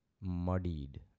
muddied